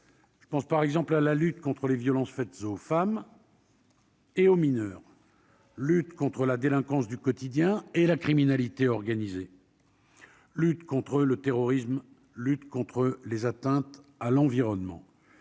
je pense par exemple à la lutte contre les violences faites aux femmes. Et aux mineurs, lutte contre la délinquance du quotidien et la criminalité organisée, lutte contre le terrorisme, lutte contre les atteintes à l'environnement,